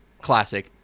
classic